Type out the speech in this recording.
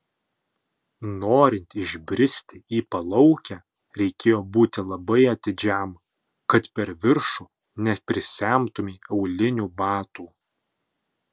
norint išbristi į palaukę reikėjo būti labai atidžiam kad per viršų neprisemtumei aulinių batų